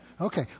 Okay